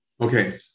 Okay